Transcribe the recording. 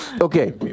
Okay